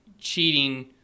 cheating